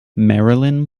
marilyn